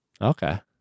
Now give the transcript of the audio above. Okay